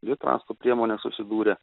dvi transporto priemonės susidūrė